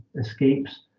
escapes